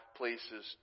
places